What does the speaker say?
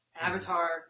Avatar